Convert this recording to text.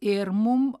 ir mum